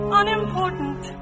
unimportant